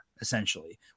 essentially